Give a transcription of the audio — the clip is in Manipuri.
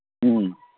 ꯎꯝ